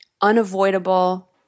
unavoidable